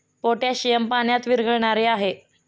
potassium पाण्यात विरघळणारे आहे